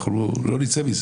אנחנו לא נצא מזה.